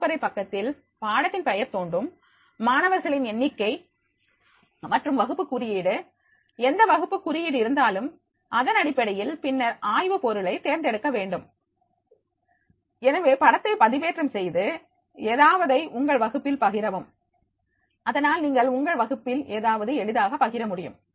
வகுப்பறை பக்கத்தில் பாடத்தின் பெயர் தோன்றும் மாணவர்களின் எண்ணிக்கை மற்றும் வகுப்பு குறியீடு எந்த வகுப்பு குறியீடு இருந்தாலும் அதனடிப்படையில் பின்னர் ஆய்வு பொருளை தேர்ந்தெடுக்க வேண்டும் எனவே படத்தை பதிவேற்றம் செய்து ஏதாவதை உங்கள் வகுப்பில் பகிரவும் அதனால் நீங்கள் உங்கள் வகுப்பில் ஏதாவது எளிதாக பகிர முடியும்